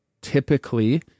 typically